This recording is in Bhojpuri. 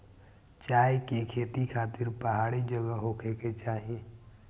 चाय के खेती खातिर पहाड़ी जगह होखे के चाही